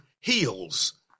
heals